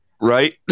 Right